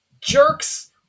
jerks